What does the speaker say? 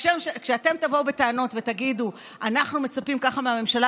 וכשאתם תבואו בטענות ותגידו: אנחנו מצפים ככה מהממשלה,